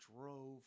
drove